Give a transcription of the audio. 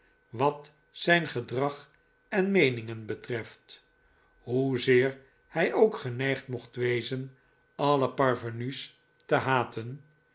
wat zijn gedrag en meeningen betreft hoezeer hij ook geneigd mocht wezen alle parvenu's te haten